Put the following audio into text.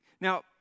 Now